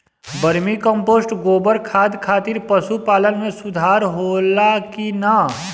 Vermi compost गोबर खाद खातिर पशु पालन में सुधार होला कि न?